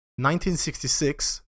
1966